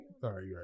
sorry